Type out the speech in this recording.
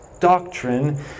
doctrine